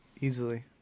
Easily